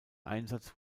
einsatz